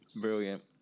Brilliant